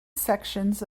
sections